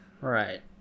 Right